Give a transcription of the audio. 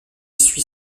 suis